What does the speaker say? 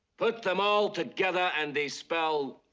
put them all together, and they spell.